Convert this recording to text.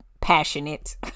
passionate